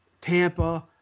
Tampa